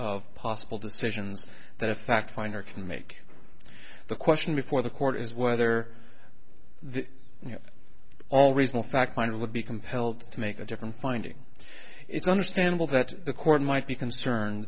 of possible decisions that a fact finder can make the question before the court is whether the all reasonable fact finder would be compelled to make a different finding it's understandable that the court might be concerned